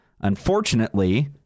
unfortunately